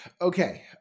Okay